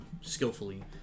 skillfully